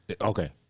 Okay